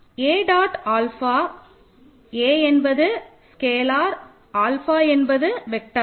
a dot ஆல்ஃபாவில் a என்பது scalar alpha என்பது வெக்டர்